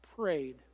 prayed